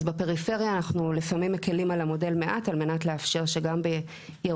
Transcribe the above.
אז בפריפריה אנחנו לפעמים מקלים על המודל מעט על מנת לאפשר שגם בירוחם,